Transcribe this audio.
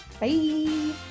Bye